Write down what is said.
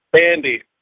Andy